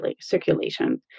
circulation